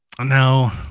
No